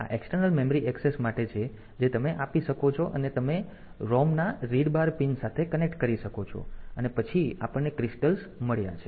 તેથી આ external memory access માટે છે જે તમે આપી શકો છો અને તમે ROM ના રીડ બાર પિન સાથે કનેક્ટ કરી શકો છો અને પછી આપણને ક્રિસ્ટલ્સ મળ્યા છે